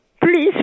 please